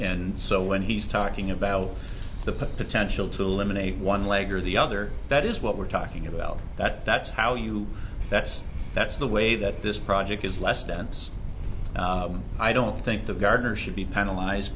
and so when he's talking about the potential to eliminate one leg or the other that is what we're talking about that that's how you that's that's the way that this project is less dense i don't think that gardner should be penalize